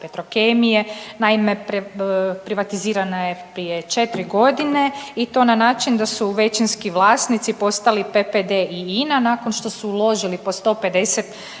Petrokemije. Naime, privatizirana je prije 4 godine i to na način da su većinski vlasnici postali PPD i INA nakon što su uložili po 150 milijuna